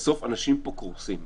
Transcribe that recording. אבל בסוף אנשים קורסים.